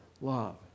love